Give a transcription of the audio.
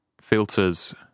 filters